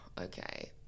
Okay